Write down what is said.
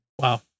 Wow